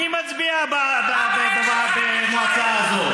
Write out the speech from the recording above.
מי מצביע במועצה הזאת?